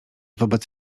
wobec